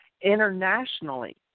internationally